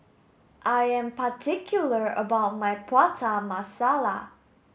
I am particular about my Prata Masala